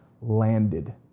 landed